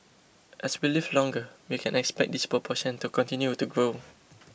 as we live longer we can expect this proportion to continue to grow